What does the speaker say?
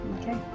Okay